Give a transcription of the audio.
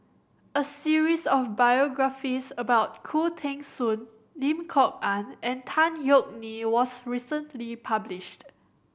a series of biographies about Khoo Teng Soon Lim Kok Ann and Tan Yeok Nee was recently published